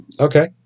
Okay